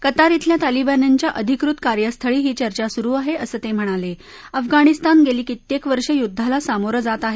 Qatar शिल्या तालिबान्यांच्या अधिकृत कार्यस्थळी ही चर्चा सुरु आहा असं त स्हिणाला अफगाणिस्तान गसी कित्यक्त वर्ष युद्धाला समोरं जात आह